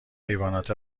حیوانات